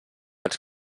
als